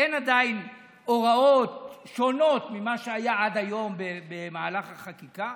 אין עדיין הוראות שונות ממה שהיה עד היום במהלך החקיקה.